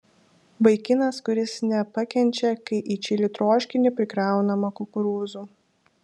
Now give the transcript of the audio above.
vaikinas kuris nepakenčia kai į čili troškinį prikraunama kukurūzų